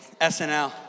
SNL